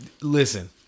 Listen